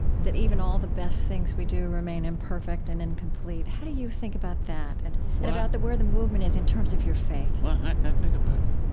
that even all the best things we do remain imperfect and incomplete. how do you think about that and about where the movement is in terms of your faith? well, i think about it,